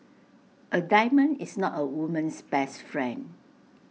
A diamond is not A woman's best friend